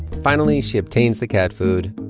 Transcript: finally she obtains the cat food,